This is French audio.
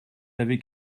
avez